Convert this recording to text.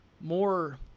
more